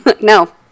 No